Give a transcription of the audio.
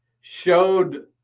showed